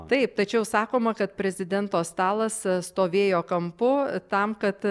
taip tačiau sakoma kad prezidento stalas stovėjo kampu tam kad